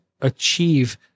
achieve